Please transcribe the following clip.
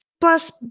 Plus